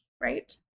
right